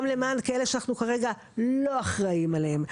למען אלה שכרגע אנחנו לא אחראים עליהם.